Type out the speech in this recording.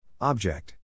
Object